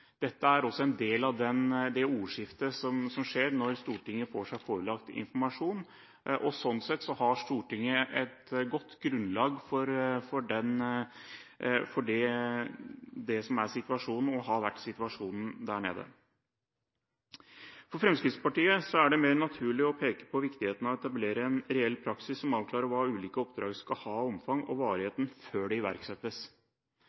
dette er en del av ordskiftet når Stortinget får seg forelagt informasjon. Sånn sett har Stortinget et godt grunnlag for å forstå det som er og har vært situasjonen der nede. For Fremskrittspartiet er det mer naturlig å peke på viktigheten av å etablere en reell praksis som avklarer hvilket omfang og hvilken varighet de ulike oppdrag skal ha,